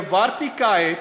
העברתי כעת,